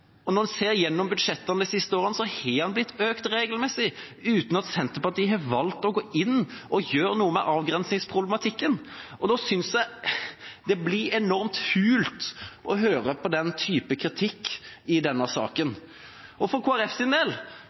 Og når en ser gjennom budsjettene de siste årene, har avgiften blitt økt regelmessig, uten at Senterpartiet har valgt å gå inn og gjøre noe med avgrensningsproblematikken. Da synes jeg det blir enormt hult å høre på den typen kritikk i denne saken. For Kristelig Folkepartis del fremmet vi forslaget. Vi ble inspirert av ulike spørsmål, og